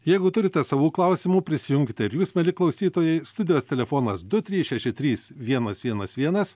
jeigu turite savų klausimų prisijunkite ir jūs mieli klausytojai studijos telefonas du trys šeši trys vienas vienas vienas